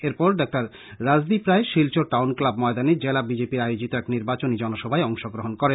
এরপর ডঃ রাজদীপ রায় শিলচর টাউনক্লাব ময়দানে জেলা বিজেপি আয়োজিত এক নির্বাচনী জনসভায় অংশ গ্রহন করেন